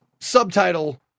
subtitle